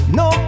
no